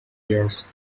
years